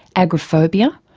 agoraphobia,